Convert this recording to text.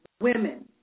women